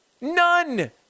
None